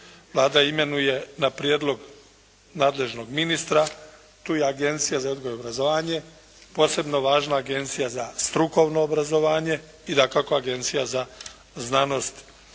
Vlada imenuje na prijedlog nadležnog ministra.» Tu je Agencija za odgoj i obrazovanje. Posebno važna Agencija za strukovno obrazovanje i dakako Agencija za znanost